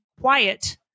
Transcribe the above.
quiet